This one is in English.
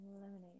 lemonade